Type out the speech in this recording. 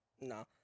No